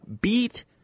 beat